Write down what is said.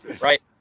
right